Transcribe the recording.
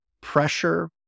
Pressure